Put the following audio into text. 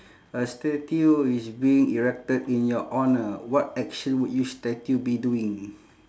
a statue is being erected in your honour what action would your statue be doing